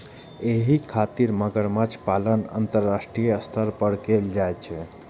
एहि खातिर मगरमच्छ पालन अंतरराष्ट्रीय स्तर पर कैल जाइ छै